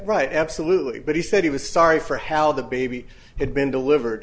right absolutely but he said he was sorry for how the baby had been delivered